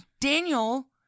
Daniel